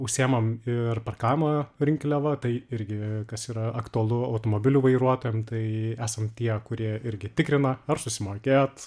užsiimam ir parkavimo rinkliava tai irgi kas yra aktualu automobilių vairuotojam tai esam tie kurie irgi tikrina ar susimokėjot